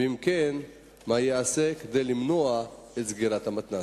2. אם כן, מה ייעשה כדי למנוע את סגירת המתנ"ס?